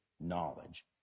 knowledge